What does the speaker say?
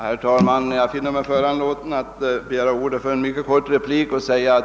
Herr talman! Jag finner mig föranlåten att begära ordet för en mycket kort replik.